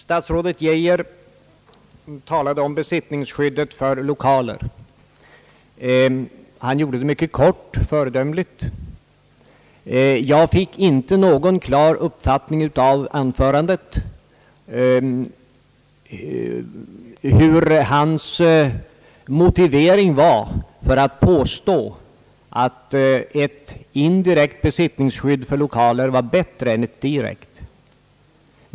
Statsrådet Geijer talade om besittningsskyddet för lokaler. Han gjorde det föredömligt kort. Jag fick dock inte någon klar uppfattning av anförandet om hans motivering för att påstå, att ett indirekt besittningsskydd för lokaler var bättre än ett direkt.